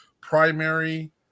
primary